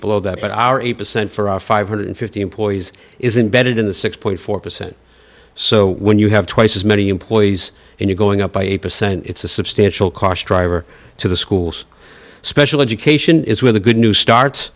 below that but our eight percent for a five hundred and fifty employees is embedded in the six four percent so when you have twice as many employees and you're going up by eight percent it's a substantial cost driver to the schools special education is where the good news starts